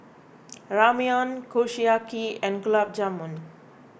Ramyeon Kushiyaki and Gulab Jamun